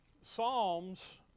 Psalms